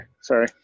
sorry